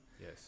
Yes